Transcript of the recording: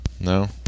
No